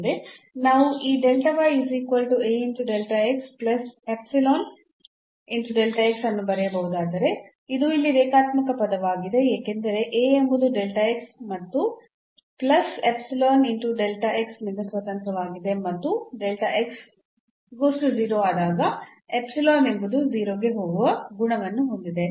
ನಾವು ಈ ಅನ್ನು ಬರೆಯಬಹುದಾದರೆ ಇದು ಇಲ್ಲಿ ರೇಖಾತ್ಮಕ ಪದವಾಗಿದೆ ಏಕೆಂದರೆ A ಎಂಬುದು ಮತ್ತು ನಿಂದ ಸ್ವತಂತ್ರವಾಗಿದೆ ಮತ್ತು ಆದಾಗ ಎಂಬುದು 0 ಗೆ ಹೋಗುವ ಗುಣವನ್ನು ಹೊಂದಿದೆ